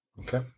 Okay